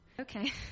okay